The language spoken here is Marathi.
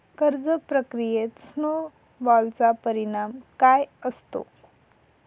कर्ज प्रक्रियेत स्नो बॉलचा परिणाम काय असतो?